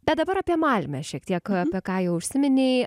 bet dabar apie malmę šiek tiek apie ką jau užsiminei